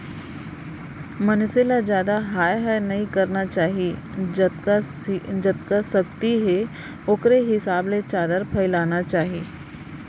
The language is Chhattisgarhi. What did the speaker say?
मनसे ल जादा हाय हाय नइ करना चाही जतका सक्ति हे ओखरे हिसाब ले चादर फइलाना चाही